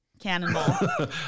Cannonball